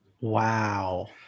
Wow